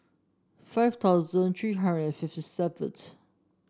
five thousand three hundred and fifty seventh